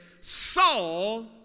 Saul